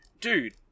dude